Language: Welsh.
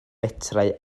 metrau